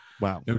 Wow